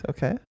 Okay